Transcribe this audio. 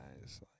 guys